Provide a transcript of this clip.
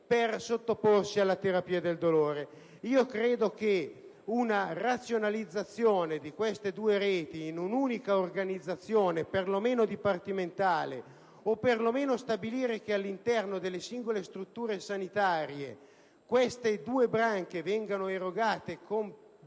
per sottoporsi alla terapia del dolore. Credo che una razionalizzazione di queste due reti in un'unica organizzazione perlomeno dipartimentale, o quanto meno stabilire che all'interno delle singole strutture sanitarie queste due branche lavorano congiuntamente